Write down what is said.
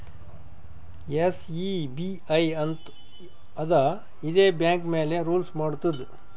SEBI ಅಂತ್ ಅದಾ ಇದೇ ಬ್ಯಾಂಕ್ ಮ್ಯಾಲ ರೂಲ್ಸ್ ಮಾಡ್ತುದ್